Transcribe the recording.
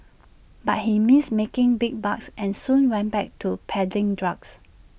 but he missed making big bucks and soon went back to peddling drugs